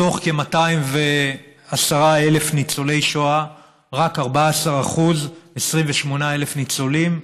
מתוך כ-210,000 ניצולי שואה רק 14% 28,000 ניצולים,